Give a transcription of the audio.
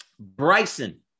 Bryson